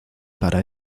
para